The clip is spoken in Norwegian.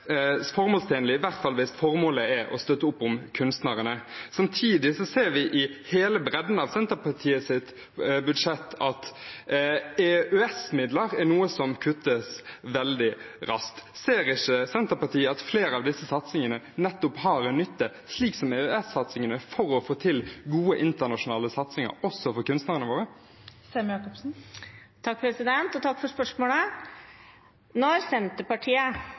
formålstjenlig, i hvert fall ikke hvis formålet er å støtte opp om kunstnerne. Samtidig ser vi i hele bredden av Senterpartiets budsjett at EØS-midler er noe som kuttes veldig raskt. Ser ikke Senterpartiet at flere av disse satsingene har en nytte, slik som EØS-satsingene, for å få til gode internasjonale satsinger for kunstnerne våre? Takk for spørsmålet. Når Senterpartiet